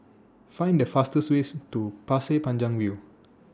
Find The fastest Way to Pasir Panjang View